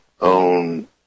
own